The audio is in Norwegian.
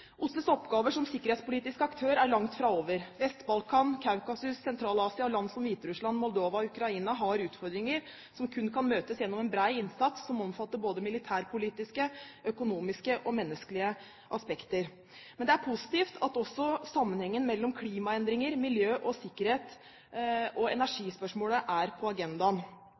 OSSEs oppgaver som sikkerhetspolitisk aktør er langt fra over. Vest-Balkan, Kaukasus, Sentral-Asia og land som Hviterussland, Moldova og Ukraina har utfordringer som kun kan møtes gjennom en bred innsats som omfatter både militærpolitiske, økonomiske og menneskelige aspekter. Men det er positivt at også sammenhengen mellom klimaendringer, miljø og sikkerhet og energispørsmålet er på agendaen.